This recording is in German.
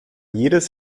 jedes